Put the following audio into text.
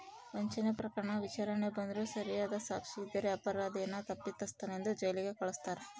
ವಂಚನೆ ಪ್ರಕರಣ ವಿಚಾರಣೆಗೆ ಬಂದ್ರೂ ಸರಿಯಾದ ಸಾಕ್ಷಿ ಇದ್ದರೆ ಅಪರಾಧಿಯನ್ನು ತಪ್ಪಿತಸ್ಥನೆಂದು ಜೈಲಿಗೆ ಕಳಸ್ತಾರ